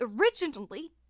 originally